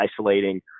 isolating